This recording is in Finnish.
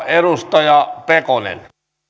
edustaja pekonen